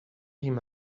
him